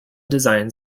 designed